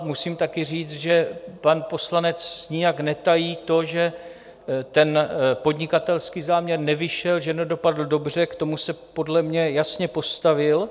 Musím taky říct, že pan poslanec nijak netají to, že ten podnikatelský záměr nevyšel, že nedopadl dobře, k tomu se podle mě jasně postavil.